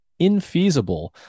infeasible